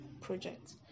project